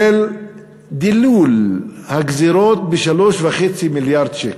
של דילול הגזירות ב-3.5 מיליארד שקל?